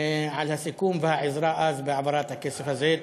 על הסיכום והעזרה אז בהעברת הכסף הזה.